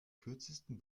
kürzesten